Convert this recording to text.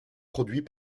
produit